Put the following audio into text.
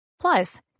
Plus